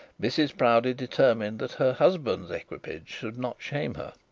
mrs proudie determined that her husband's equipage should not shame her,